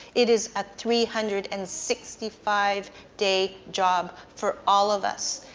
it is at three hundred and sixty five day job for all of us.